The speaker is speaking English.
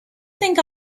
think